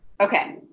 Okay